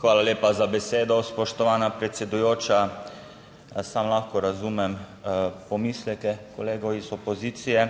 Hvala lepa za besedo, spoštovana predsedujoča. Sam lahko razumem pomisleke kolegov iz opozicije,